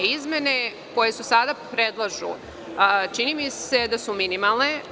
Izmene koje se sada predlažu čini mi se da su minimalne.